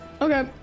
Okay